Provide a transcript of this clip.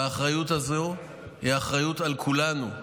והאחריות הזו היא אחריות על כולנו.